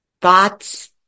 thoughts